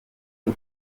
cyo